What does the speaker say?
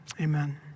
amen